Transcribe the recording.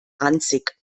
ranzig